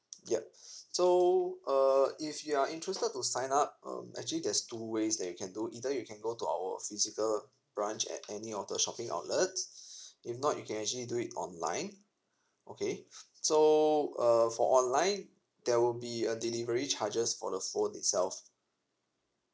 yup so uh if you are interested to sign up um actually there's two ways that you can do either you can go to our physical branch at any of the shopping outlets if not you can actually do it online okay so uh for online there will be a delivery charges for the phone itself